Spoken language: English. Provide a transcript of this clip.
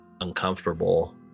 uncomfortable